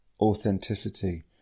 authenticity